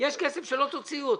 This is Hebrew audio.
יש כסף שלא תוציאו אותו.